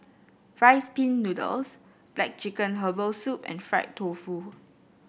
Rice Pin Noodles black chicken Herbal Soup and Fried Tofu